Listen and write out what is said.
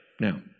Now